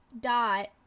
dot